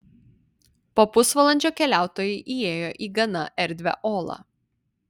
po pusvalandžio keliautojai įėjo į gana erdvią olą